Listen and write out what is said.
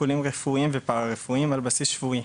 טיפולים רפואיים ופרא-רפואיים על בסיס שבועי,